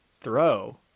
throw